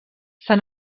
sant